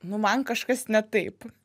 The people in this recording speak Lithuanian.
nu man kažkas ne taip